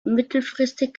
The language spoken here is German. mittelfristig